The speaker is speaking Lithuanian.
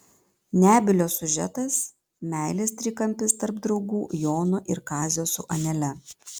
nebylio siužetas meilės trikampis tarp draugų jono ir kazio su anele